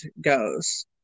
goes